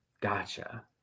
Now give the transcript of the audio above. Gotcha